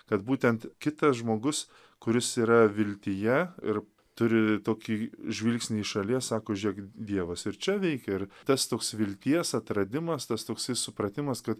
kad būtent kitas žmogus kuris yra viltyje ir turi tokį žvilgsnį iš šalies sako žėk dievas ir čia veikia ir tas toks vilties atradimas tas toksai supratimas ka